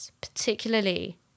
particularly